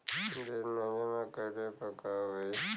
Bill न जमा कइले पर का होई?